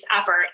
effort